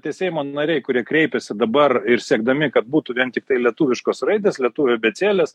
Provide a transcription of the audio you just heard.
tie seimo nariai kurie kreipėsi dabar ir siekdami kad būtų vien tiktai lietuviškos raidės lietuvių abėcėlės